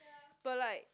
but like